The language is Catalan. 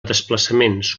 desplaçaments